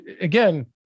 Again